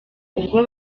ubwo